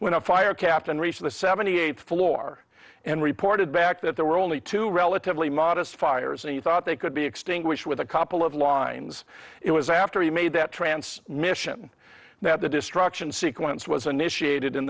when a fire captain reached the seventy eighth floor and reported back that there were only two relatively modest fires and he thought they could be extinguished with a couple of lines it was after he made that transmission that the destruction sequence was initiated in